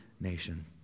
nation